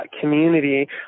community